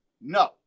No